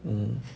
mm